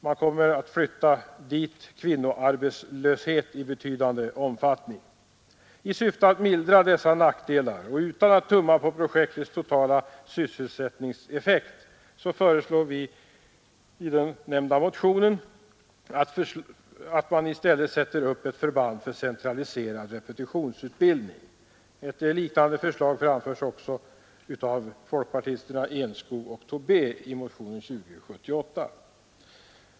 Man flyttar dit en betydande kvinnoarbetslöshet. I syfte att mildra dessa nackdelar utan att tumma på projektets totala sysselsättningseffekt föreslår vi i vår motion att man i stället sätter upp ett förband för centraliserad repetitionsutbildning. Ett liknande förslag framförs också av folkpartisterna herrar Enskog och Tobé i motionen 2078.